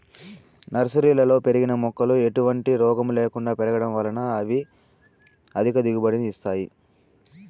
నర్సరీలలో పెరిగిన మొక్కలు ఎటువంటి రోగము లేకుండా పెరగడం వలన ఇవి అధిక దిగుబడిని ఇస్తాయి